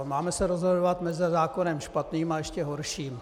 Máme se rozhodovat mezi zákonem špatným a ještě horším.